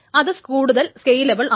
അത് കൂടുതൽ സ്കെയിലബിൾ ആണ്